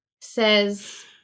says